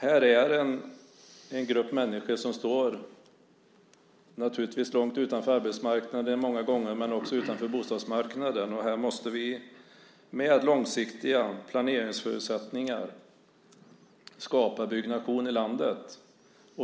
Här är en grupp människor som naturligtvis många gånger står långt utanför arbetsmarknaden men också utanför bostadsmarknaden. Här måste vi med långsiktiga planeringsförutsättningar skapa byggnation i landet.